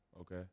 Okay